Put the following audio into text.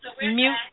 mute